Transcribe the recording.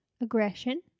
Aggression